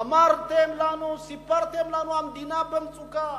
אמרתם לנו, סיפרתם לנו שהמדינה במצוקה